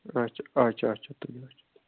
اچھا اچھا اچھا تُلِو